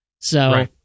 So-